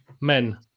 Men